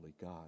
God